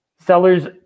sellers